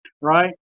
Right